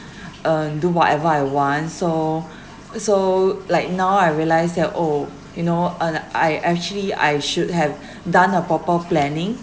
um do whatever I want so so like now I realise that oh you know and I actually I should have done a proper planning